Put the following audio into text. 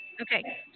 Okay